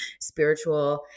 spiritual